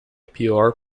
pior